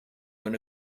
when